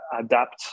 adapt